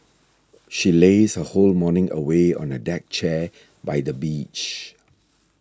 she lazed her whole morning away on a deck chair by the beach